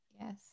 yes